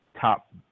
top